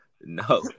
No